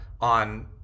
on